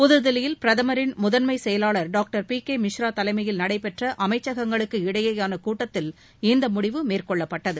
புதுதில்லியில் பிரதமரின் முதன்மை செயலாளர் டாக்டர் பி கே மிஸ்ரா தலைமையில் நடைபெற்ற அமைச்சகங்களுக்கு இடையேயான கூட்டத்தில் இம்முடிவு மேற்கொள்ளப்பட்டது